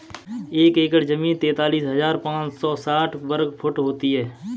एक एकड़ जमीन तैंतालीस हजार पांच सौ साठ वर्ग फुट होती है